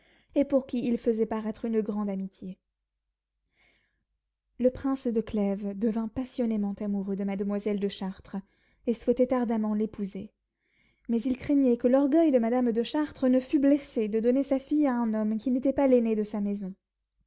et pour qui il faisait paraître une grande amitié le prince de clèves devint passionnément amoureux de mademoiselle de chartres et souhaitait ardemment de l'épouser mais il craignait que l'orgueil de madame de chartres ne fût blessé de donner sa fille à un homme qui n'était pas l'aîné de sa maison